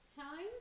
Times